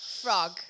frog